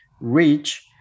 reach